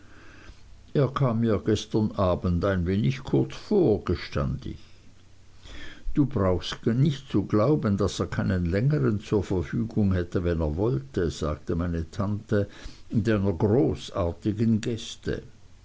er kam mir gestern abends ein wenig kurz vor gestand ich du brauchst nicht zu glauben daß er keinen längern zur verfügung hätte wenn er wollte sagte mein tante mit einer großartigen geste